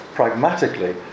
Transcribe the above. Pragmatically